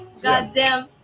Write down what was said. Goddamn